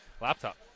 laptop